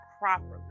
properly